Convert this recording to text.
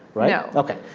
right? no ok.